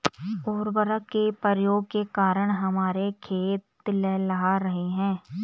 उर्वरक के प्रयोग के कारण हमारे खेत लहलहा रहे हैं